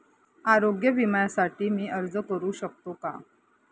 आरोग्य विम्यासाठी मी अर्ज करु शकतो का?